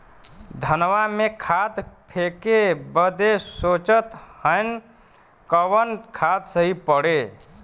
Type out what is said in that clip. धनवा में खाद फेंके बदे सोचत हैन कवन खाद सही पड़े?